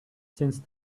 since